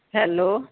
hello